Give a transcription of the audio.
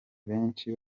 benshi